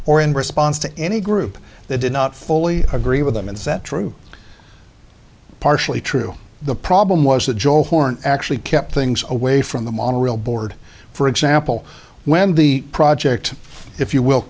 or in response to any group that did not fully agree with them is that true partially true the problem was that joe horn actually kept things away from the monorail board for example when the project if you will